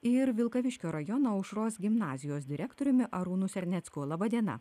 ir vilkaviškio rajono aušros gimnazijos direktoriumi arūnu sernecku laba diena